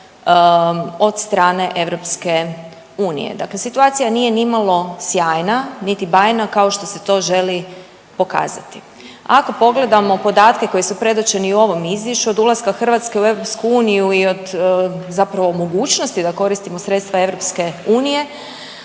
od strane EU. Dakle situacija nije nimalo sjajna niti bajna kao što se to želi pokazati. Ako pogledamo podatke koji su predočeni u ovom Izvješću od ulaska Hrvatske u EU i od zapravo mogućnosti da koristimo sredstva EU,